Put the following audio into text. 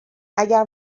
اگر